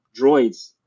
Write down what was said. droids